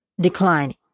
declining